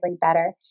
better